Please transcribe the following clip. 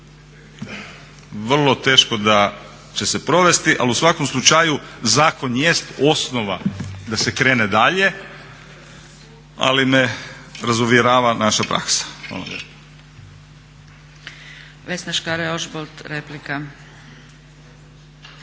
vrlo teško da će se provesti ali u svakom slučaju zakon jest osnova da se krene dalje ali me razuvjerava naša praksa. Hvala lijepa.